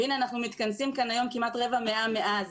והנה אנחנו מתכנסים כאן היום כמעט רבע מאה מאז,